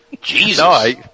Jesus